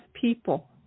people